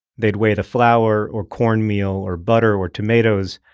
they'd weigh the flour or corn meal or butter or tomatoes,